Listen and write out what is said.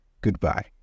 Goodbye